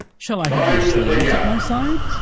shall i have no slaves at my side?